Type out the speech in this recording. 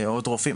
עוד רופאים,